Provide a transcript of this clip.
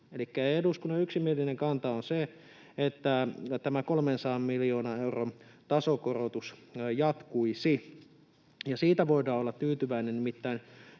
eduskunnan yksimielinen kanta on se, että tämä 300 miljoonan euron tasokorotus jatkuisi. Siitä voi olla tyytyväinen. Nimittäin